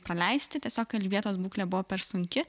praleisti tiesiog elžbietos būklė buvo per sunki